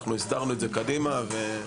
הסדרנו את זה קדימה.